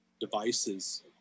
devices